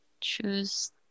choose